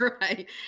right